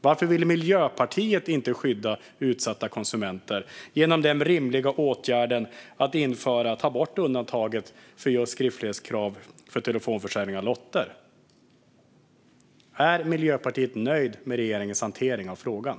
Varför vill inte Miljöpartiet skydda utsatta konsumenter genom den rimliga åtgärden att ta bort undantaget för skriftlighetskrav för telefonförsäljning av lotter? Är Miljöpartiet nöjt med regeringens hantering av frågan?